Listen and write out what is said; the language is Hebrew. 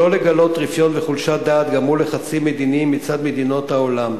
שלא לגלות רפיון וחולשת דעת גם מול לחצים מדיניים מצד מדינות העולם.